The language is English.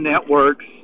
networks